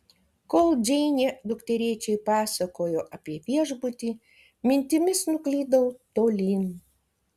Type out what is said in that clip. kol džeinė dukterėčiai pasakojo apie viešbutį mintimis nuklydau tolyn